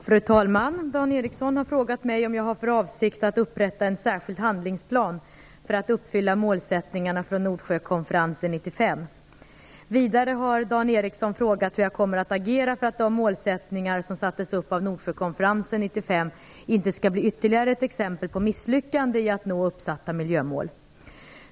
Fru talman! Dan Ericsson har frågat mig om jag har för avsikt att upprätta en särskild handlingsplan för att uppfylla målsättningarna från Nordsjökonferensen 1995. Vidare har Dan Ericsson frågat hur jag kommer att agera för att de målsättningar som sattes upp av Nordsjökonferensen 1995 inte skall bli ytterligare ett exempel på misslyckande i att nå uppsatta miljömål.